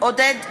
עודד פורר,